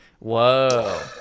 whoa